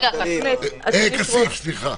אבידר, סליחה.